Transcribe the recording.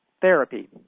therapy